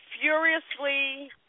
furiously